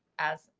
as,